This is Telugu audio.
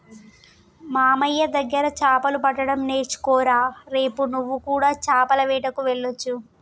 మామయ్య దగ్గర చాపలు పట్టడం నేర్చుకోరా రేపు నువ్వు కూడా చాపల వేటకు వెళ్లొచ్చు